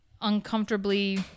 uncomfortably